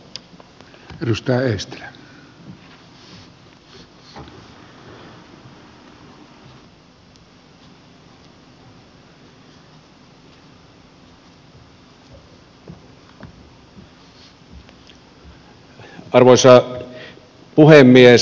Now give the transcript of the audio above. arvoisa puhemies